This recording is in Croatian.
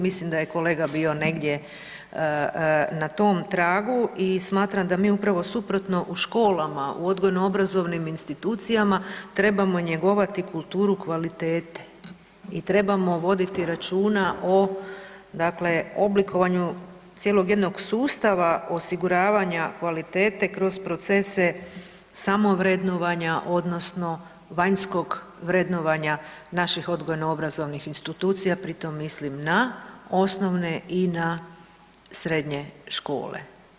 Mislim da je kolega bio negdje na tom tragu i smatram da mi upravo suprotno u školama, u odgojno-obrazovnim institucijama trebamo njegovati kulturu kvalitete i trebamo voditi računa o, dakle oblikovanju cijelog jednog sustava osiguravanja kvalitete kroz procese samo vrednovanja odnosno vanjskog vrednovanja naših odgojno-obrazovnih institucija pritom mislim na osnovne i na srednje škole.